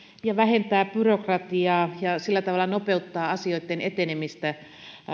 ja vähentää byrokratiaa ja sillä tavalla nopeuttaa asioitten etenemistä